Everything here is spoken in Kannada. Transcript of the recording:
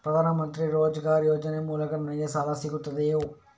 ಪ್ರದಾನ್ ಮಂತ್ರಿ ರೋಜ್ಗರ್ ಯೋಜನೆ ಮೂಲಕ ನನ್ಗೆ ಸಾಲ ಸಿಗುತ್ತದೆಯೇ?